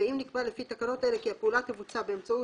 ואם נקבע לפי תקנות אלה כי הפעולה תבוצע באמצעות